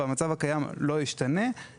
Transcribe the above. והמצב הקיים לא ישתנה.